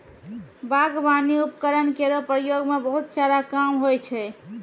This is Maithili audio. बागबानी उपकरण केरो प्रयोग सें बहुत सारा काम होय छै